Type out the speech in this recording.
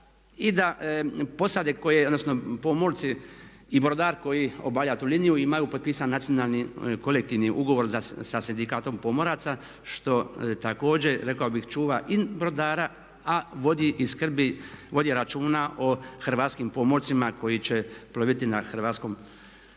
i da posade odnosno pomorci i brodar koji obavlja tu liniju imaju potpisani nacionalni kolektivni ugovor sa Sindikatom pomoraca što također rekao bih čuva i brodara a vodi i skrbi, vodi računa o hrvatskim pomorcima koji će ploviti na hrvatskom jadranu